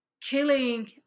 killing